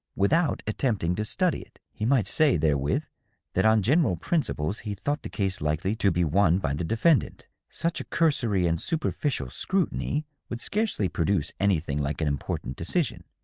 without attempting to study it. he might say, therewith, that on general principles he thought the case likely to be won by the defendant. such a cursory and superficial scrutiny would scarcely produce anything like an important decision.